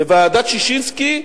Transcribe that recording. ועדת-ששינסקי,